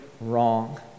wrong